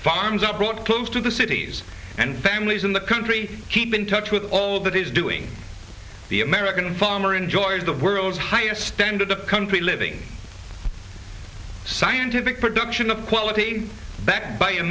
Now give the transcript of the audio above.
farms are brought close to the cities and families in the country keep in touch with all that is doing the american farmer enjoys the world's highest standard a country living scientific production of quality